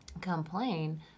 complain